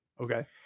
Okay